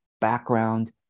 background